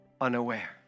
unaware